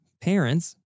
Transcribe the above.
parents